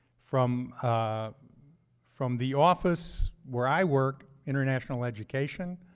from from the office where i work, international education,